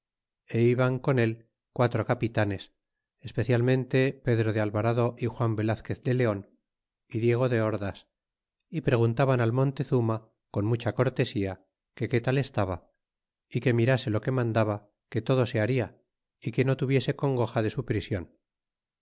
é iban con él quatro capitanes especialmente pedro de alvarado y juan veiazque de leon y diego de ordas y preguntaban al montezuma con mucha cortesía que que tal estaba y que mirase lo que mandaba que todo se baria y que no tuviese congoja de su prision